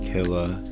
Killer